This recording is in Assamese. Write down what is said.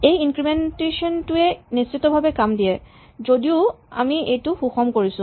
এই ইনক্ৰিমেন্টেচন টোৱে নিশ্চিতভাৱে কাম দিয়ে যদিও আমি এইটো সুষম কৰিছো